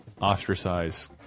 ostracize